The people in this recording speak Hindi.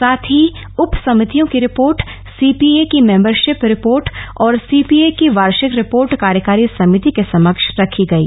साथ ही उप समितियों की रिपोर्ट सीपीए की मेंबरशिप रिपोर्ट और सीपीए की वार्षिक रिपोर्ट कार्यकारी समिति के समक्ष रखी गयी